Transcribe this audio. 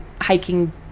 hiking